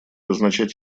означать